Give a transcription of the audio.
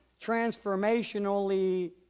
transformationally